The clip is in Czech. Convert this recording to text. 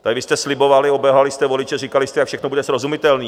Vy jste slibovali, obelhali jste voliče, říkali jste, jak všechno bude srozumitelné.